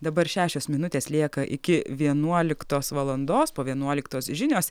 dabar šešios minutės lieka iki vienuoliktos valandos po vienuoliktos žinios